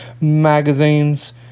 magazines